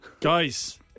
Guys